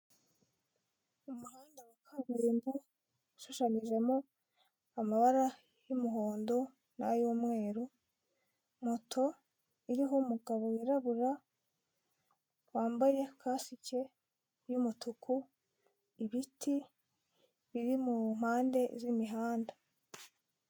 Umuhanda wa kaburimbo ushushanyijemo amabara y'umuhondo nay'umweru, moto iriho umugabo wirabura wambaye kasike y'umutuku ibiti biri mumpande zimihanda.